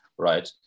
right